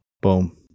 Boom